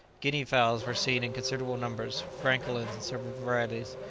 guinea-fowls were seen in considerable numbers, francolins in several varieties,